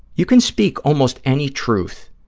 you can speak almost any truth